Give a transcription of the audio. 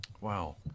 Wow